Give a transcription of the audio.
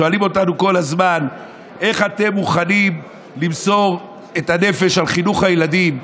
שואלים אותנו כל הזמן: איך אתם מוכנים למסור את הנפש על חינוך הילדים?